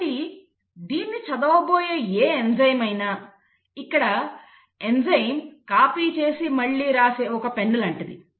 కాబట్టి దీన్ని చదవబోయే ఏ ఎంజైమ్ అయినా ఇక్కడ ఎంజైమ్ కాపీ చేసి మళ్ళీ రాసే ఒక పెన్ను లాంటిది